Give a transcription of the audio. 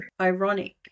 ironic